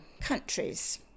countries